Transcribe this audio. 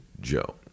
joe